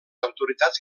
autoritats